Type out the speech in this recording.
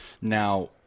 Now